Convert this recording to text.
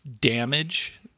damage